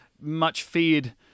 much-feared